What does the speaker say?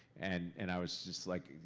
and and i was just like,